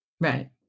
right